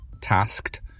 tasked